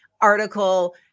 article